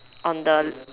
on the